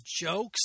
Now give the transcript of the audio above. jokes